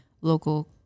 local